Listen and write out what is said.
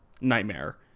Nightmare